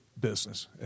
business